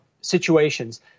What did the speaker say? situations